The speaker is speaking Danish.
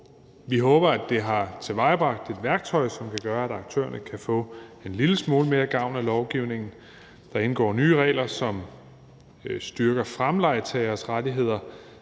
vi håber, at det har tilvejebragt et værktøj, som kan gøre, at aktørerne kan få en lille smule mere gavn af lovgivningen. Der indgår nye regler, som styrker fremlejetagers rettigheder,